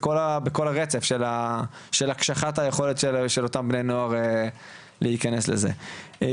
בכל הרצף של הקשחת היכולת של אותם בני נוער להיכנס לזה.